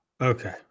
okay